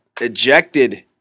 ejected